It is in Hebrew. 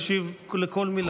אני מקשיב לכל מילה,